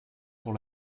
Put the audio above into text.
pour